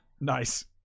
nice